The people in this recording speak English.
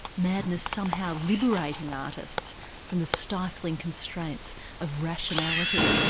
madness somehow liberating artists from the stifling constraints of rationality.